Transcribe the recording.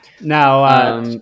Now